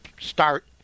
start